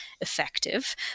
effective